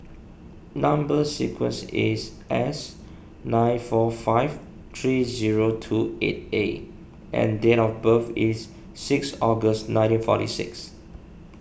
Number Sequence is S nine four five three zero two eight A and date of birth is six August nineteen forty six